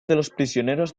prisioneros